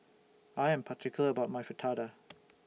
I Am particular about My Fritada